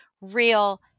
real